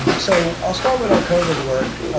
so i'll start with our covid work.